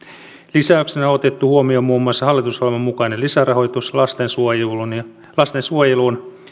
lisäyksenä on otettu huomioon muun muassa hallitusohjelman mukainen lisärahoitus lastensuojeluun ja lastensuojeluun